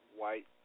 white